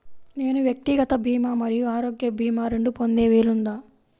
నేను వ్యక్తిగత భీమా మరియు ఆరోగ్య భీమా రెండు పొందే వీలుందా?